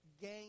gain